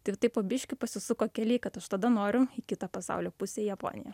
tai tai po biškį pasisuko keliai kad aš tada noriu į kitą pasaulio pusę į japoniją